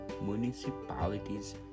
municipalities